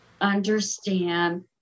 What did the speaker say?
understand